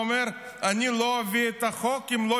הוא אומר: אני לא אביא את החוק אם לא